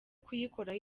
kuyikoraho